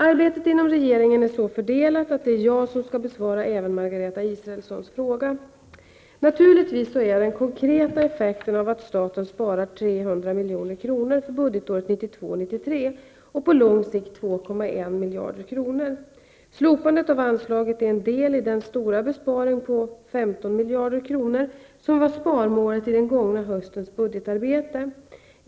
Arbetet inom regeringen är så fördelat att det är jag som skall besvara även Margareta Israelssons fråga. Naturligtvis är den konkreta effekten att staten sparar 300 milj.kr. för budgetåret 1992/93 och på lång sikt 2,1 miljarder kronor. Slopandet av anslaget är en del i den stora besparing på 15 miljarder kronor som var sparmålet i den gångna höstens budgetarbete.